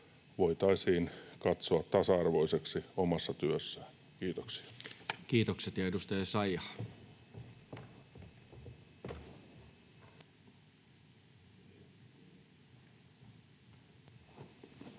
voitaisiin katsoa tasa-arvoisiksi omassa työssään. — Kiitoksia. Kiitokset. — Ja edustaja Essayah.